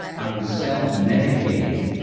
i was self-medicating